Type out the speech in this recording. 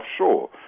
offshore